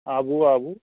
आबू आबू